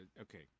okay